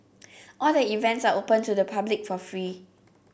all the events are open to the public for free